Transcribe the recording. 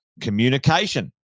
communication